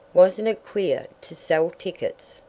wasn't it queer to sell tickets?